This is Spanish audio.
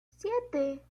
siete